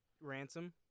Ransom